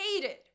hated